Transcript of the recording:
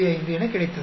5 என கிடைத்தது